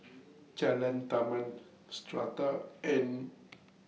Jalan Taman Strata and